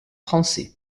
français